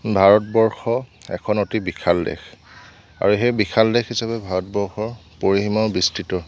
ভাৰতবৰ্ষ এখন অতি বিশাল দেশ আৰু সেই বিশাল দেশ হিচাপে ভাৰতবৰ্ষৰ পৰিসীমাও বিস্তৃত